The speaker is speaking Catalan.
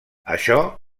això